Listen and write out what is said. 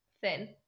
thin